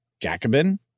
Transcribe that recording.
Jacobin